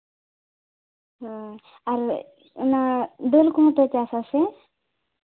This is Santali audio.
ᱦᱮᱸ ᱟᱨ ᱚᱱᱟ ᱫᱟᱹᱞ ᱠᱚᱦᱚᱸ ᱯᱮ ᱪᱟᱥ ᱟᱥᱮ